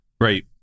Right